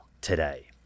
today